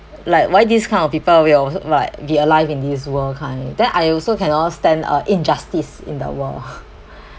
like why this kind of people will like be alive in this world kind then I also cannot stand uh injustice in the world